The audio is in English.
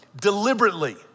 deliberately